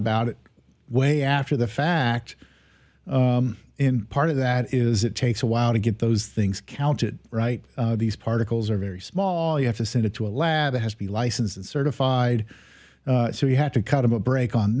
about it way after the fact and part of that is it takes a while to get those things counted right these particles are very small you have to send it to a lab that has to be licensed and certified so we have to cut them a break on